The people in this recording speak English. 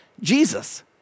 Jesus